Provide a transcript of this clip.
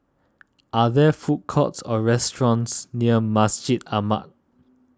are there food courts or restaurants near Masjid Ahmad